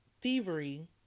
thievery